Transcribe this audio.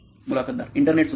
मुलाखतदार इंटरनेट सुद्धा